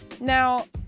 Now